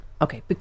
okay